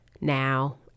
now